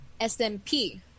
SMP